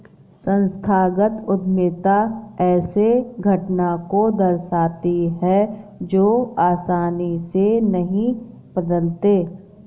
संस्थागत उद्यमिता ऐसे घटना को दर्शाती है जो आसानी से नहीं बदलते